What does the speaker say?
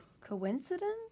Coincidence